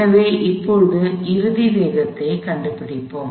எனவே இப்போது இறுதி வேகத்தைக் கண்டுபிடிப்போம்